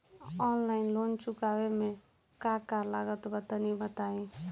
Online loan चुकावे म का का लागत बा तनि बताई?